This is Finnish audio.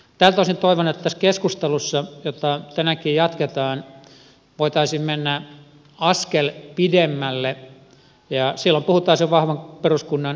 tältä osin toivon että tässä keskustelussa jota tänäänkin jatketaan voitaisiin mennä askel pidemmälle ja silloin puhuttaisiin jo vahvan peruskunnan kriteeristöstä